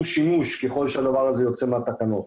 שימוש ככל שהדבר הזה יוצא מהתקנות.